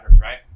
right